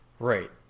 Right